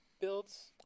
builds